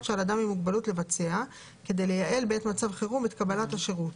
שעל אדם עם מוגבלות לבצע כדי לייעל בעת מצב חירום את קבלת השירות.